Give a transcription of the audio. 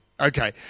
Okay